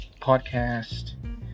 Podcast